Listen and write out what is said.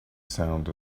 sound